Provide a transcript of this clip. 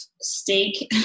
steak